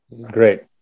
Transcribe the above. Great